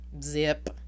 Zip